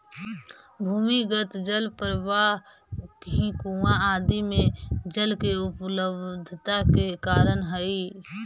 भूमिगत जल प्रवाह ही कुआँ आदि में जल के उपलब्धता के कारण हई